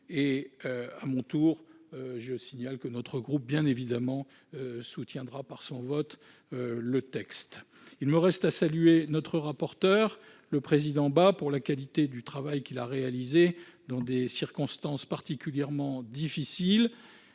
À mon tour, je signale que notre groupe, bien évidemment, soutiendra par son vote le texte. Il me reste à saluer le président Bas pour la qualité du travail qu'il a réalisé dans des circonstances particulièrement difficiles